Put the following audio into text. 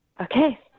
Okay